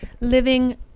living